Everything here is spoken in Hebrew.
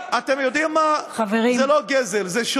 אתם נזכרים אחרי 20 שנה.